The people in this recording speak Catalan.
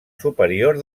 superior